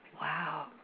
Wow